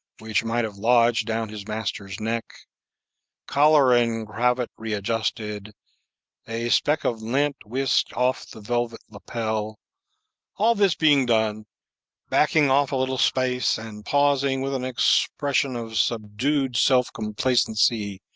which might have lodged down his master's neck collar and cravat readjusted a speck of lint whisked off the velvet lapel all this being done backing off a little space, and pausing with an expression of subdued self-complacency,